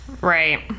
Right